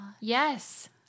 Yes